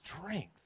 strength